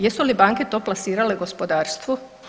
Jesu li banke to plasirale gospodarstvu?